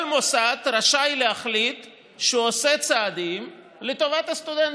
כל מוסד רשאי להחליט שהוא עושה צעדים לטובת הסטודנטים.